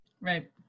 Right